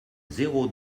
zéro